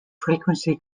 frequency